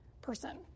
person